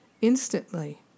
instantly